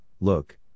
look